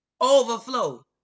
Overflow